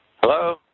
Hello